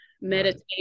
meditate